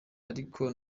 ariko